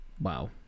Wow